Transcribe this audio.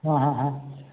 हाँ हाँ हाँ